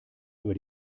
über